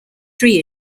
three